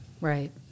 Right